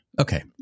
Okay